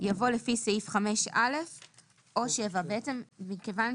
יבוא "לפי סעיף 5א או 7". מכיוון